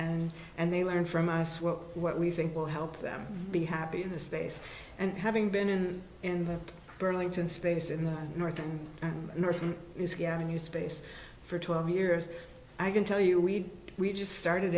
and and they learn from us what what we think will help them be happy in the space and having been in the burlington space in the north and north of new space for twelve years i can tell you we we just started